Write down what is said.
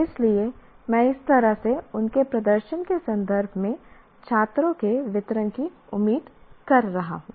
इसलिए मैं इस तरह से उनके प्रदर्शन के संदर्भ में छात्रों के वितरण की उम्मीद कर रहा हूं